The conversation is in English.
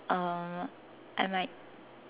um I might